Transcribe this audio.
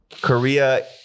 Korea